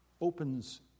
Opens